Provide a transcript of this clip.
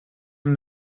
and